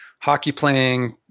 Hockey-playing